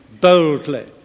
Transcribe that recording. boldly